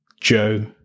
Joe